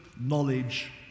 knowledge